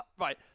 Right